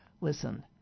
Listen